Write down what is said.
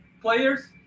players